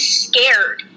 scared